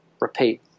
repeat